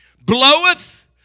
bloweth